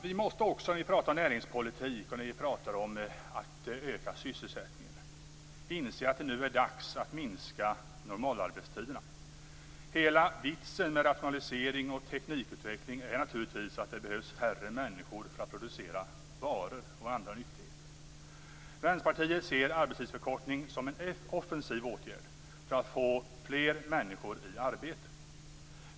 Vi måste också när vi pratar näringspolitik och när vi pratar om att öka sysselsättningen inse att det nu är dags att minska normalarbetstiderna. Hela vitsen med rationalisering och teknikutveckling är naturligtvis att det behövs färre människor för att producera varor och andra nyttigheter. Vänsterpartiet ser arbetstidsförkortning som en offensiv åtgärd för att få fler människor i arbete.